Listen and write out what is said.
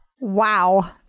Wow